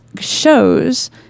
shows